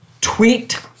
Tweet